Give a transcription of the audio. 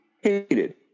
hated